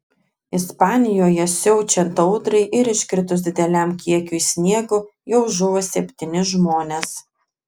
ispanijoje siaučiant audrai ir iškritus dideliam kiekiui sniego jau žuvo septyni žmonės